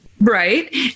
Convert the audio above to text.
Right